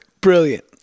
Brilliant